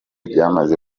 byamaze